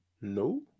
no